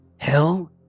Hell